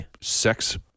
sex